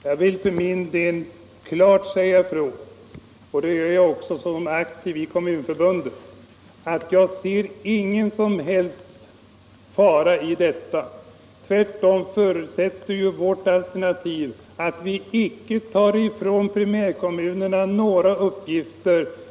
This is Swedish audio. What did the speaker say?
Jag vill för min del klart säga ifrån — det gör jag också såsom aktiv i Kommunförbundet — att jag inte ser någon som helst fara för en sådan utveckling. Tvärtom förutsätter vårt alternativ att primärkommunerna icke fråntas några uppgifter.